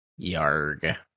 Yarg